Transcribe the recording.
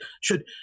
Should-